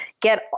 get